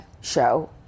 show